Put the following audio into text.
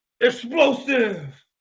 explosive